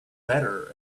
better